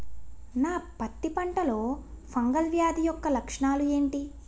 నా పత్తి పంటలో ఫంగల్ వ్యాధి యెక్క లక్షణాలు ఏంటి?